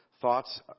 thoughts